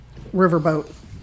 riverboat